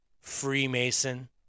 Freemason